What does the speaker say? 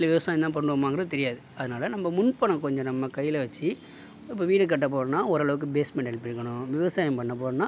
இல்லை விவசாயந்தான் பண்ணுவோமாங்குறது தெரியாது அதனால் நம்ம முன்பணம் கொஞ்சம் நம்ம கையில வச்சு இப்போ வீடு கட்ட போறோன்னா ஓரளவுக்கு பேஸ்மெண்ட் எழுப்பி இருக்கணும் விவசாயம் பண்ண போறோன்னா